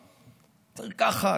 צריך ככה,